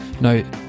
now